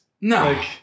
No